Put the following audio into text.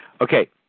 okay